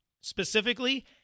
Specifically